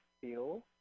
feel